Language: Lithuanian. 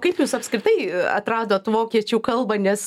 kaip jūs apskritai atradot vokiečių kalbą nes